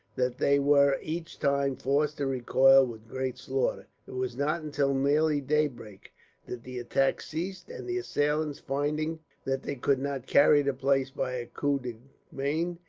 that they were, each time, forced to recoil with great slaughter. it was not until nearly daybreak that the attack ceased, and the assailants, finding that they could not carry the place by a coup de main,